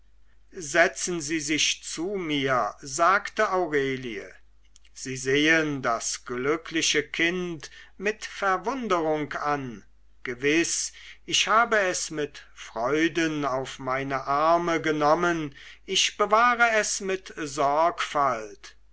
setzen sie sich zu mir sagte aurelie sie sehen das glückliche kind mit verwunderung an gewiß ich habe es mit freuden auf meine arme genommen ich bewahre es mit sorgfalt